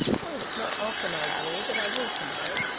well, it's not often i do, but i will to-night.